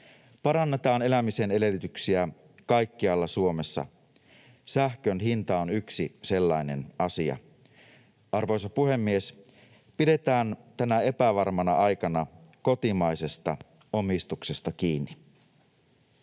Parannetaan elämisen edellytyksiä kaikkialla Suomessa. Sähkön hinta on yksi sellainen asia. Arvoisa puhemies! Pidetään tänä epävarmana aikana kotimaisesta omistuksesta kiinni.